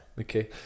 Okay